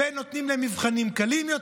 נותנים להן מבחנים קלים יותר.